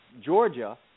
Georgia